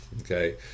okay